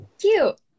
Cute